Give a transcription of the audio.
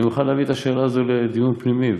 אני מוכן להביא את השאלה הזאת לדיון פנימי,